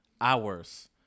hours